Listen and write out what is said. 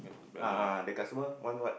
ah ah the customer want what